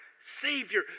Savior